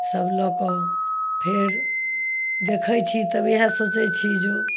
सब लऽ कऽ फेर देखै छी तऽ वएह सोचै छी जो